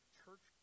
church